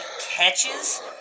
catches